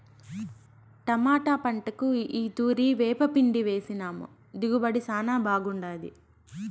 tomato పంటకు ఈ తూరి వేపపిండేసినాము దిగుబడి శానా బాగుండాది